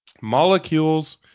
Molecules